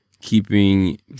keeping